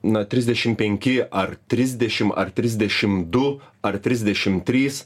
na trisdešim penki ar trisdešim ar trisdešim du ar trisdešim trys